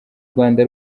rwanda